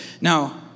Now